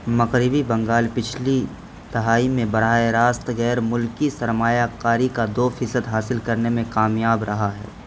مغربی بنگال پچھلی دہائی میں براہ راست غیر ملکی سرمایہ کاری کا دو فیصد حاصل کرنے میں کامیاب رہا ہے